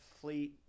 Fleet